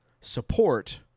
support